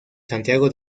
santiago